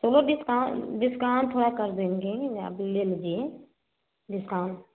तो वो discount discount थोड़ा कर देंगे आप ले लीजिए डिस्काउंट